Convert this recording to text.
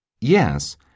Yes